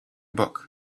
book